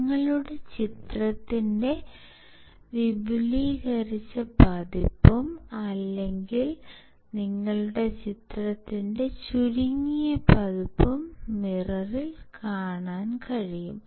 നിങ്ങളുടെ ചിത്രത്തിന്റെ വിപുലീകരിച്ച പതിപ്പും അല്ലെങ്കിൽ നിങ്ങളുടെ ചിത്രത്തിന്റെ ചുരുങ്ങിയ പതിപ്പും മിറർ കാണിക്കുന്നു